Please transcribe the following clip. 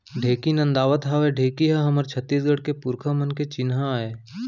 ढेंकी नदावत हावय ढेंकी ह हमर छत्तीसगढ़ के पुरखा मन के चिन्हा आय